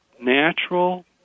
natural